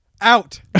Out